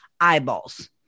eyeballs